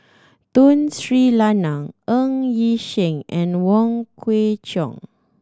Tun Sri Lanang Ng Yi Sheng and Wong Kwei Cheong